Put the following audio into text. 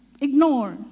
ignore